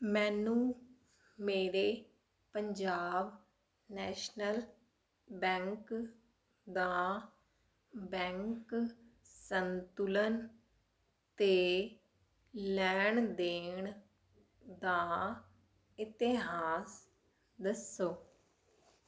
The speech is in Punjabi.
ਮੈਨੂੰ ਮੇਰੇ ਪੰਜਾਬ ਨੈਸ਼ਨਲ ਬੈਂਕ ਦਾ ਬੈਂਕ ਸੰਤੁਲਨ ਅਤੇ ਲੈਣ ਦੇਣ ਦਾ ਇਤਿਹਾਸ ਦੱਸੋ